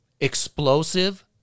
explosive